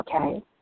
okay